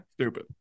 stupid